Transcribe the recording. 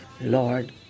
Lord